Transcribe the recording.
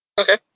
Okay